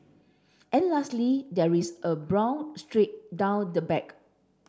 and lastly there is a brown streak down the back